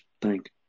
thank